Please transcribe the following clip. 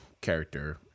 character